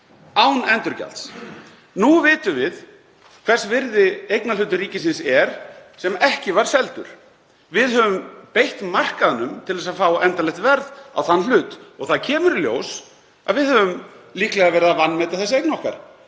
án endurgjalds. Nú vitum við hvers virði eignarhluti ríkisins er sem ekki var seldur. Við höfum beitt markaðnum til þess að fá endanlegt verð á þann hlut og kemur í ljós að við höfum líklega verið að vanmeta þessa eign okkar